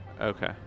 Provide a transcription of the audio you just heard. Okay